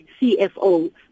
cfo